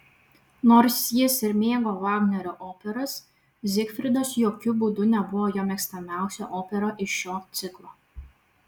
nors jis ir mėgo vagnerio operas zigfridas jokiu būdu nebuvo jo mėgstamiausia opera iš šio ciklo